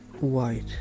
White